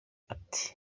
ati